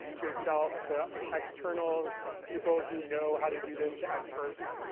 to yourself, to external people who know how to do this, to experts.